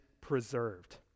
preserved